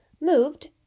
moved